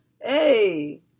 hey